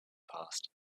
passed